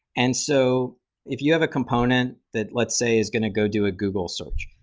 and so if you have a component that, let's say, is going to go do a google search.